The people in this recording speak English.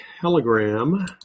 Telegram